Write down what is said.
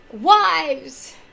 Wives